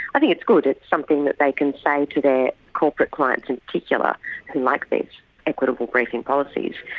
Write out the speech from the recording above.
i think it's good, it's something that they can say to their corporate clients in particular who like these equitable briefing policies,